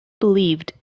believed